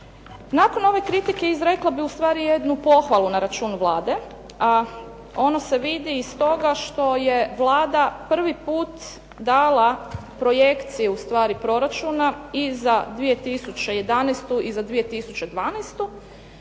Nakon ove kritike izrekla bih u stvari jednu pohvalu na račun Vlade, a ona se vidi iz toga što je Vlada prvi put dala projekcije u stvari proračuna i za 2011. i za 2012.